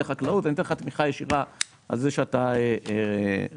חקלאות כך תיתן תמיכה ישירה על זה שהוא רפתן.